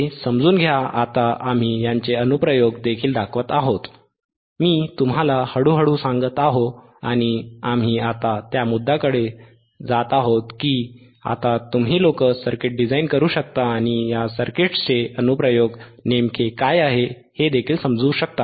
हे समजून घ्या आता आम्ही यांचे अनुप्रयोग देखील दाखवत आहोत मी तुम्हाला हळूहळू सांगात आहो आणि आम्ही आता त्या मुद्दाकडे जात आहोत की आता तुम्ही लोक सर्किट डिझाइन करू शकता आणि या सर्किट्सचे अनुप्रयोग नेमके काय आहे हे देखील समजू शकता